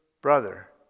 brother